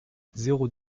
zéro